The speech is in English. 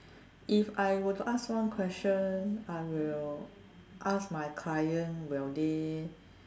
if I would to ask one question I will ask my client will they